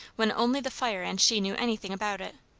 when only the fire and she knew anything about it.